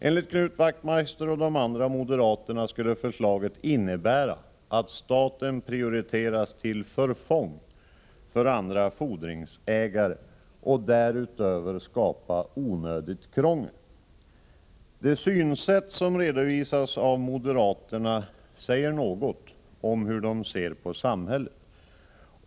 Enligt Knut Wachtmeister och de andra moderaterna skulle ett genomförande av förslaget innebära att staten prioriteras till förfång för andra fordringsägare och därutöver skapa onödigt krångel. Det synsätt som redovisats av moderaterna säger något om hur de ser på samhället.